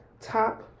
Top